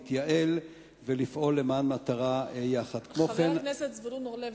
ההחלטה לא תהיה החלטה פנימית של העמותות,